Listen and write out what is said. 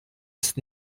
ist